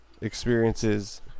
experiences